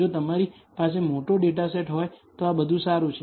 જો તમારી પાસે મોટો ડેટા સેટ હોય તો આ બધું સારું છે